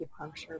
acupuncture